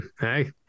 Hey